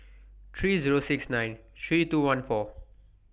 three Zero six nine three two one four